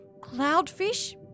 Cloudfish